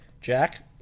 Jack